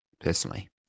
personally